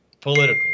political